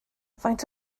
faint